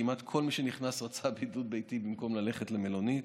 כמעט כל מי שנכנס רצה בידוד ביתי במקום ללכת למלונית,